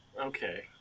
Okay